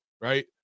right